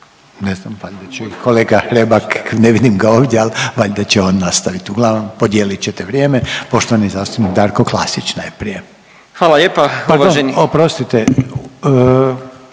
ne znam valjda će i kolega Hrebak, ne vidim ga ovdje, al valjda će on nastavit, uglavnom podijelit ćete vrijeme, poštovani zastupnik Darko Klasić najprije. **Klasić, Darko (HSLS)**